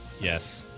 Yes